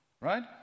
Right